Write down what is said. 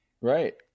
Right